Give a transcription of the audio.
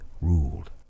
ruled